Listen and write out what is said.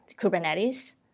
Kubernetes